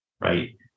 right